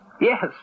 Yes